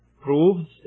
proves